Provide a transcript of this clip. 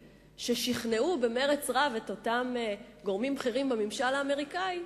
ששכנעו במרץ רב את אותם גורמים בכירים בממשל האמריקני,